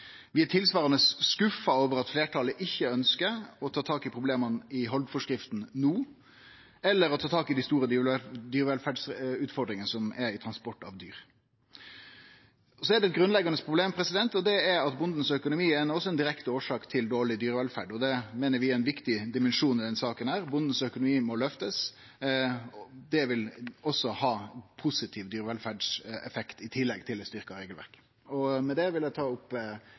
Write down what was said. Vi er tilsvarande skuffa over at fleirtalet ikkje ønskjer å ta tak i problema i haldforskrifta no, eller ta tak i dei store dyrevelferdsutfordringane som er innan transport av dyr. Eit grunnleggjande problem er at bondens økonomi også er ein direkte årsak til dårleg dyrevelferd. Det meiner vi er ein viktig dimensjon i denne saka. Bondens økonomi må løftast. Det vil også ha positiv dyrevelferdseffekt, i tillegg til eit styrkt regelverk. Med det vil eg ta opp